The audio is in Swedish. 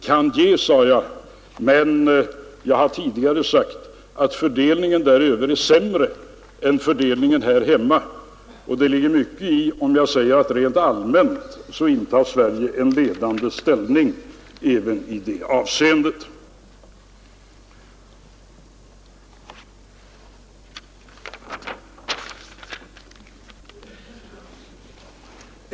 ”Kan ge” sade jag, men jag har tidigare sagt att fördelningen däröver är sämre än fördelningen här hemma — och det ligger mycket i om jag säger att Sverige rent allmänt intar en ledande ställning även i detta avseende.